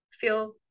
feel